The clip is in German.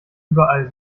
überall